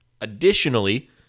Additionally